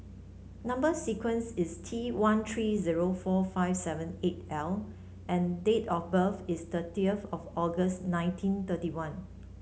number sequence is T one three zero four five seven eight L and date of birth is thirty of August nineteen thirty one